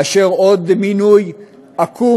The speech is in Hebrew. לאשר עוד מינוי עקום?